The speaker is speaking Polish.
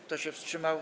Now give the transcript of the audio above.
Kto się wstrzymał?